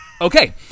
okay